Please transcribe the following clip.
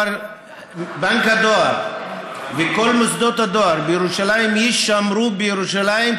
בנק הדואר וכל מוסדות הדואר בירושלים יישמרו בירושלים,